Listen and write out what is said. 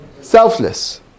selfless